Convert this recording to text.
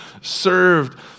served